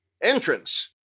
Entrance